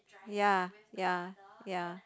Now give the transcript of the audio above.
ya ya ya